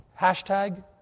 Hashtag